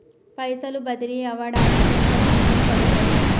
పైసలు బదిలీ అవడానికి ఎంత సమయం పడుతది?